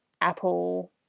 Apple